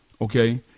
Okay